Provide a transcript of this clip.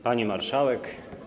Pani Marszałek!